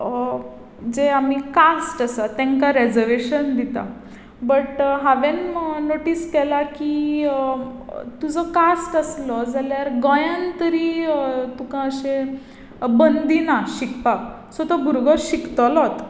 जे आमी कास्ट आसा तांकां रेजरवेशन दिता बट हांवें नोटीस केलां की तुजो कास्ट आसलो जाल्यार गोंयान तरी तुका अशें बंदी ना शिकपाक सो तो भुरगो शिकतलोच